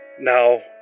Now